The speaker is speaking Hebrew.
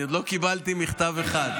אני עוד לא קיבלתי מכתב אחד.